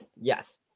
Yes